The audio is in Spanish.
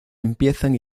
empiezan